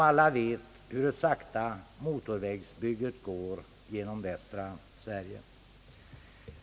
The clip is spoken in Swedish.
Alla vet hur sakta motorvägsbygget genom västra Sverige framskrider.